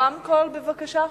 בבקשה.